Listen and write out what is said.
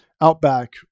Outback